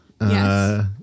Yes